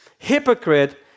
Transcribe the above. Hypocrite